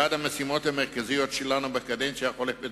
אחת המשימות המרכזיות שלנו בקדנציה החולפת